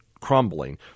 crumbling